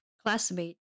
classmate